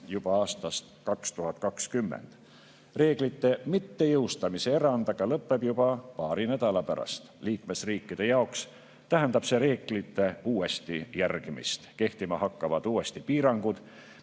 juba aastast 2020. Reeglite mittejõustamise erand aga lõpeb juba paari nädala pärast. Liikmesriikide jaoks tähendab see reeglite uuesti järgimist. Kehtima hakkavad uuesti piirangud,